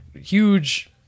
huge